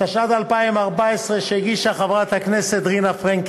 התשע"ד 2014, לקריאה שנייה